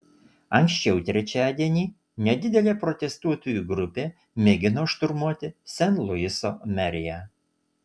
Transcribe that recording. anksčiau trečiadienį nedidelė protestuotojų grupė mėgino šturmuoti sen luiso meriją